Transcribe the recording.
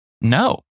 no